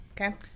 Okay